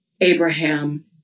Abraham